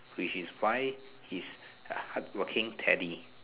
which is why he is a hardworking Teddy